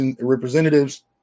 representatives